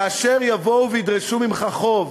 כאשר יבואו וידרשו ממך חוב,